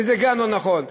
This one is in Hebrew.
וזה גם לא נכון.